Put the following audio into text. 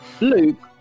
Luke